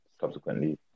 subsequently